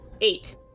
Eight